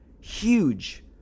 huge